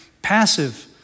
Passive